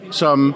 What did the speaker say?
som